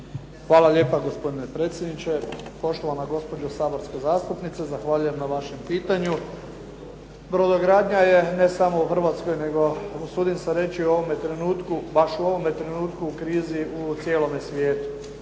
Hvala lijepa gospodine predsjedniče. Poštovana gospođo saborska zastupnice zahvaljujem na vašem pitanju. Brodogradnja je ne samo u Hrvatskoj, nego usudim se reći u ovom trenutku baš u ovome trenutku u krizi u cijelome svijetu.